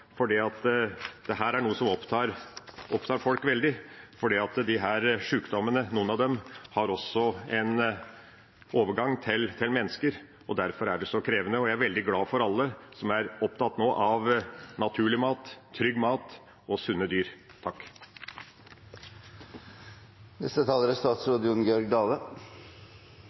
er noe som opptar folk veldig, for noen av disse sykdommene har også en overgang til mennesker, og derfor er det så krevende. Jeg er veldig glad for alle som nå er opptatt av naturlig mat, trygg mat og sunne dyr. Eg er